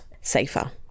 safer